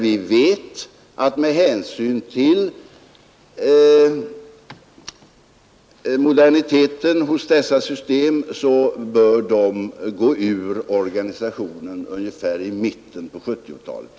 Vi vet att med hänsyn till moderniteten hos dessa system bör de gå ur organisationen ungefär i mitten av 1970-talet.